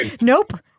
Nope